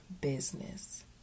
business